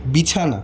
বিছানা